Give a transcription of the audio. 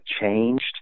changed